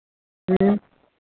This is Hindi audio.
ह्म्म